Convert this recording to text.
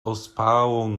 ospałą